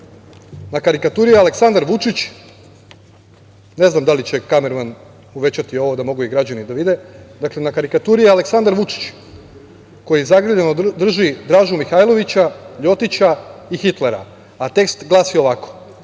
Na karikaturi je Aleksandar Vučić. Ne znam da li će kamerman uvećati ovo da mogu i građani da vide. Dakle, na karikaturi je Aleksandar Vučić koji zagrljeno drži Dražu Mihailovića, Ljotića i Hitlera. A, tekst glasi ovako,